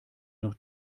noch